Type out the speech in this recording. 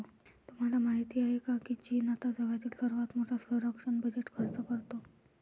तुम्हाला माहिती आहे का की चीन आता जगातील सर्वात मोठा संरक्षण बजेट खर्च करतो?